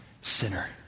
sinner